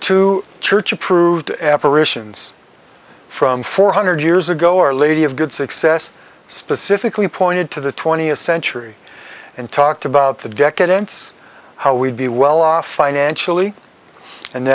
two church approved apparitions from four hundred years ago our lady of good success specifically pointed to the twentieth century and talked about the decadence how we'd be well off financially and